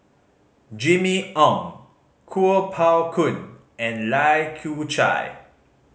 Jimmy Ong Kuo Pao Kun and Lai Kew Chai